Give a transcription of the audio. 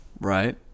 Right